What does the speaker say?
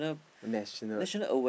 national